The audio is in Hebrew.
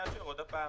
נאשר עוד פעם.